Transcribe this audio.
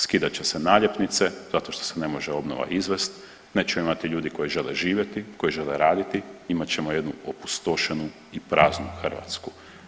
Skidat će se naljepnice zato što se ne može obnova izvesti, nećemo imati ljude koji žele živjeti, koji žele raditi, imat ćemo jednu opustošenu i praznu Hrvatsku.